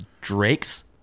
Drake's